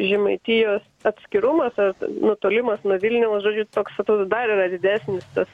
žemaitijos atskirumas ar nutolimas nuo vilniaus žodžiu toks atrodo dar yra didesnis tas